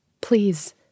Please